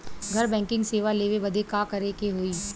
घर बैकिंग सेवा लेवे बदे का करे के होई?